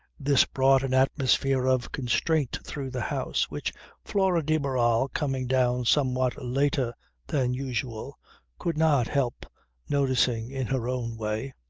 this brought an atmosphere of constraint through the house, which flora de barral coming down somewhat later than usual could not help noticing in her own way.